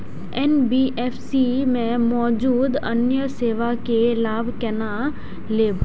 NBFC में मौजूद अन्य सेवा के लाभ केना लैब?